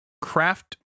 craft